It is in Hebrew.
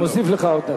אני מוסיף לך עוד דקה.